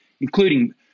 including